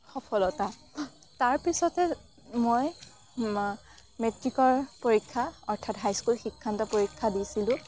সফলতা তাৰপিছতে মই ম মেট্ৰিকৰ পৰীক্ষা অৰ্থাৎ হাইস্কুল শিক্ষান্ত পৰীক্ষা দিছিলোঁ